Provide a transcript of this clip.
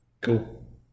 cool